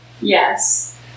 Yes